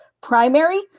primary